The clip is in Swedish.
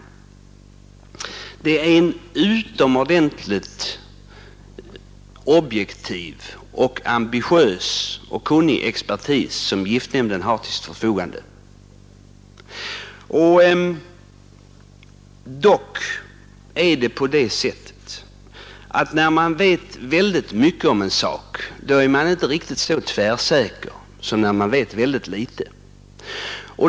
Giftnämnden har en utomordentligt objektiv och ambitiös samt kunnig expertis till sitt förfogande. Det är nämligen på det viset att när man vet väldigt mycket om en sak så är man inte riktigt lika tvärsäker som när man vet väldigt litet.